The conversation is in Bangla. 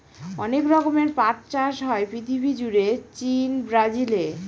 অনেক রকমের পাট চাষ হয় পৃথিবী জুড়ে চীন, ব্রাজিলে